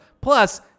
Plus